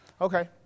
Okay